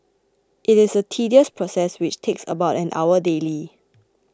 it is a tedious process which takes about an hour daily